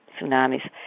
tsunamis